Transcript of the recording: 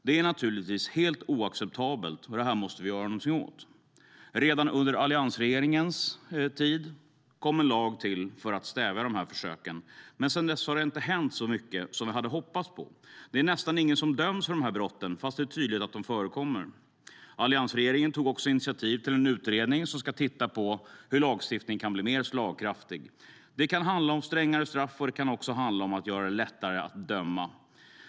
Det är naturligtvis helt oacceptabelt, och detta måste vi göra någonting åt. Redan under alliansregeringens tid infördes en lag för att stävja dessa försök. Men sedan dess har det inte hänt så mycket som vi hade hoppats på. Det är nästan ingen som döms för dessa brott, trots att det är tydligt att de förekommer. Alliansregeringen tog också initiativ till en utredning som ska titta på hur lagstiftningen kan bli mer slagkraftig. Det kan handla om strängare straff, och det kan också handla om att göra det lättare att döma.